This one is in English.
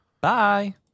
Bye